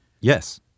Yes